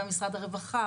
גם עם משרד הרווחה,